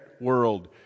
world